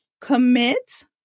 commit